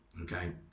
okay